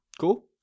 Cool